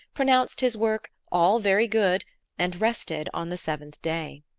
pronounced his work all very good and rested on the seventh day.